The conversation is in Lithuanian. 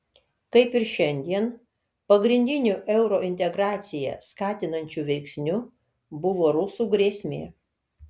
kaip ir šiandien pagrindiniu eurointegraciją skatinančiu veiksniu buvo rusų grėsmė